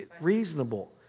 reasonable